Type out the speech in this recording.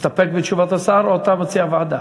מסתפק בתשובת השר או שאתה מציע ועדה?